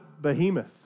Behemoth